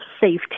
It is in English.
safety